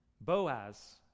Boaz